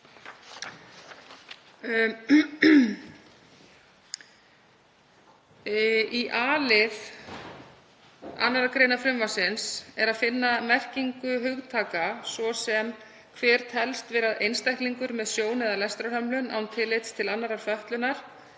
Í a-lið 2. gr. frumvarpsins er að finna merkingu hugtaka, svo sem að sá teljist vera einstaklingur með sjón- eða lestrarhömlun, án tillits til annarrar fötlunar,